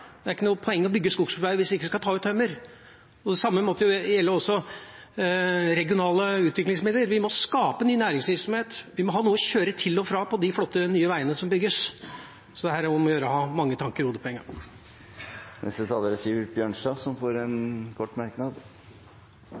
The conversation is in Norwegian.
Det er ikke noe poeng i å bygge skogsveier hvis en ikke skal ta ut tømmer. Det samme gjelder for regionale utviklingsmidler: Vi må skape ny næringsvirksomhet, vi må ha noe å kjøre til og fra på de flotte, nye veiene som bygges. Her er det om å gjøre å ha mange tanker i hodet på én gang. Representanten Sivert Bjørnstad har hatt ordet to ganger tidligere og får ordet til en kort merknad,